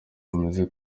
bameze